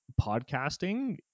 podcasting